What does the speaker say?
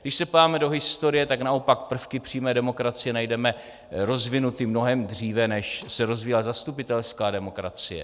Když se podíváme do historie, tak naopak prvky přímé demokracie najdeme rozvinuty mnohem dříve, než se rozvíjela zastupitelská demokracie.